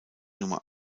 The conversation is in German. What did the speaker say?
nummer